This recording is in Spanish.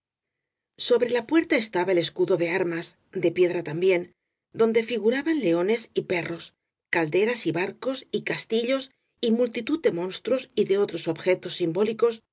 sobre la puerta estaba el escudo de armas de piedra tam bién donde figuraban leones y perros calderas barcos y castillos y multitud de monstruos y de otros objetos simbólicos